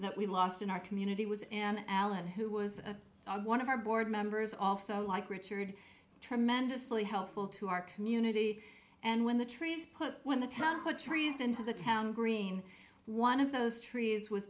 that we lost in our community was an alan who was one of our board members also like richard tremendously helpful to our community and when the trees put when the town put trees into the town green one of those trees was